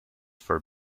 for